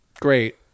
great